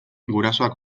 gurasoak